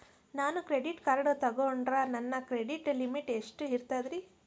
ನಾನು credit card ತೊಗೊಂಡ್ರ ನನ್ನ ಕ್ರೆಡಿಟ್ ಲಿಮಿಟ್ ಎಷ್ಟ ಇರ್ತದ್ರಿ?